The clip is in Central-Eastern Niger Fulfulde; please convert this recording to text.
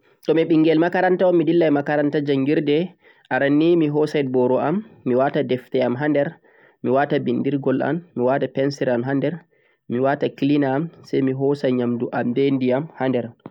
Tomi ɓengel makaranta on mi dillan makaranta jangird, aran nii mi hosai boro'am, me wata defte am ha nder mi wata bindirgol an, mi wata pencil am ha nder, mi wata cleaner am sai mi hosa nyamdu am be ndiyam ha nder.